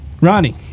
Ronnie